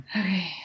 Okay